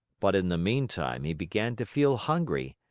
but in the meantime, he began to feel hungry,